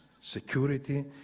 security